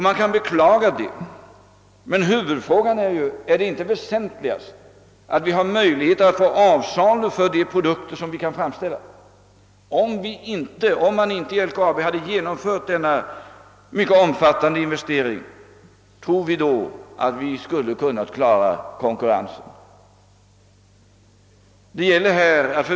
Vi kan beklaga detta, men huvudfrågan är: Är det inte väsentligast att det finns möjlighet att sälja de produkter våra företag kan framställa? Om man inte i LKAB hade genomfört denna mycket omfattande investering, skulle företaget då ha kunnat möta konkurrensen?